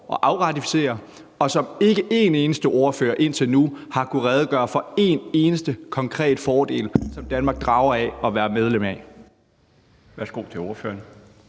at afratificere, og som ikke en eneste ordfører indtil nu har kunnet redegøre for at der er en eneste konkret fordel for Danmark ved at være med i.